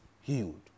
healed